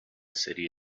city